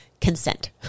consent